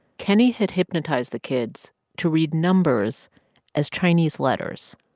kenney had hypnotized the kids to read numbers as chinese letters.